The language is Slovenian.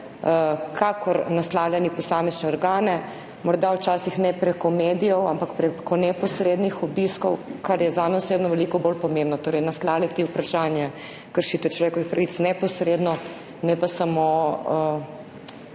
kakor tudi naslavljali posamezne organe, morda včasih ne prek medijev, ampak prek neposrednih obiskov, kar je zame osebno veliko bolj pomembno, torej naslavljati vprašanje kršitve človekovih pravic neposredno, ne pa samo